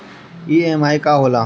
EMI का होला?